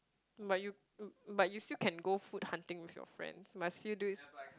but you you but you still can go food hunting with your friends must you do it